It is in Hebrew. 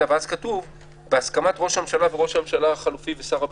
ואז כתוב: בהסכמת ראש הממשלה וראש הממשלה החלופי ושר הביטחון.